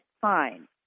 fine